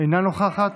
אינה נוכחת,